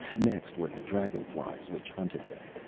next were the dragonflies which hunted them,